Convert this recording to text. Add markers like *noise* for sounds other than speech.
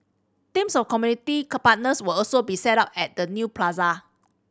teams of community *unintelligible* partners will also be set up at the new plaza